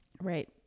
Right